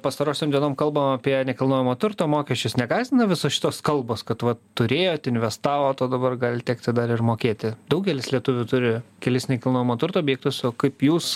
pastarosiom dienom kalbam apie nekilnojamo turto mokesčius negąsdina visos šitos kalbos kad va turėjot investavot o dabar gali tekti dar ir mokėti daugelis lietuvių turi kelis nekilnojamo turto objektus o kaip jūs